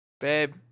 Babe